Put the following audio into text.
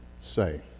say